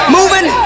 Moving